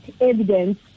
evidence